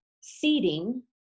seeding